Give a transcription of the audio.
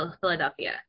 Philadelphia